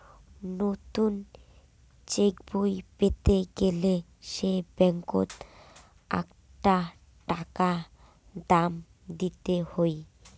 নতুন চেকবই পেতে গেলে সে ব্যাঙ্কত আকটা টাকা দাম দিত হই